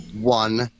one